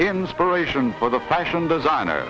inspiration for the fashion designer